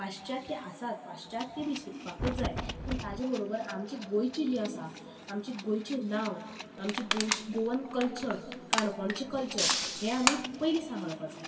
पाशचात्य आसात पाशचात्य बी शिकपाकूच जाय पूण ताज्या बरोबर आमची गोंयची जी आसा आमच्या गोंयची नांव आमची गोंयची गोवन कल्चर काणकोणचें कल्चर हें आमी पयलीं सांबाळपा जाय